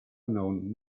known